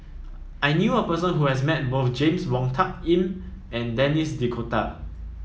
I knew a person who has met both James Wong Tuck Yim and Denis D'Cotta